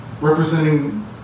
Representing